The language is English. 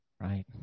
Right